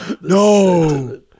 No